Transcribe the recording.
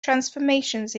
transformations